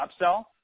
upsell